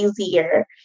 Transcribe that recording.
easier